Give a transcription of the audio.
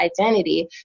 identity